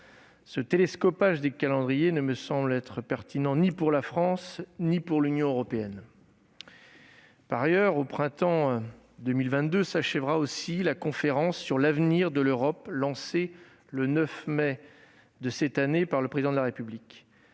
Ce télescopage des calendriers ne me semble pertinent ni pour la France ni pour l'Union européenne. Par ailleurs, au printemps 2022 s'achèvera aussi la Conférence sur l'avenir de l'Europe, lancée le 9 mai 2021 par le Président de la République.